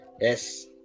yes